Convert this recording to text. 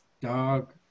dog